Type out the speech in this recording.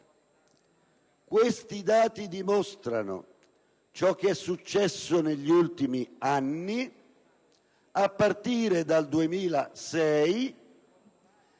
questi dati dimostrano ciò che è successo negli ultimi anni, a partire dal 2006.